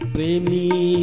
Premi